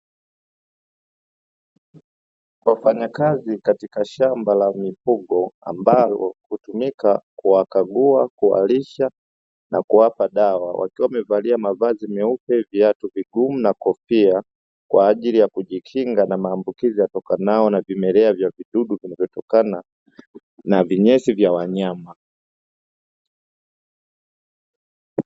Wafanyakazi katika shamba la mifugo ambao hutumika kuwakagua, kuwalisha, na kuwapa dawa wakiwa wamevalia mavazi meupe, viatu vigumu, na kofia kwa ajili ya kujikinga na maambukizi yatokanayo na vimelea vya vidudu vinavyotokana na vinyesi vya wanyama.